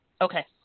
Okay